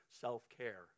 self-care